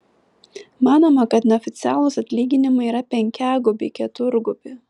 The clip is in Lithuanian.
manoma kad neoficialūs atlyginimai yra penkiagubi keturgubi